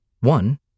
One